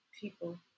people